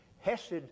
hesed